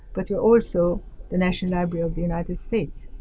but we are also the national library of the united states.